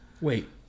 Wait